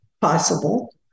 possible